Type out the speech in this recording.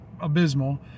abysmal